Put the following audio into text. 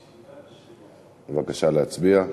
בבקשה, להצביע.